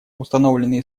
установленные